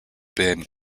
been